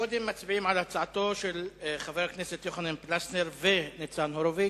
קודם מצביעים על הצעתם של חברי הכנסת יוחנן פלסנר וניצן הורוביץ.